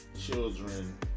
children